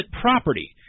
property